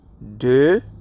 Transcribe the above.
de